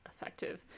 effective